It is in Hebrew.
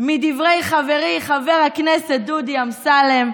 מדברי חברי חבר הכנסת דודי אמסלם.